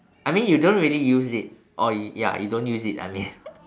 I mean you don't really use it or y~ ya you don't use it I mean